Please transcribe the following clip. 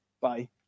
bye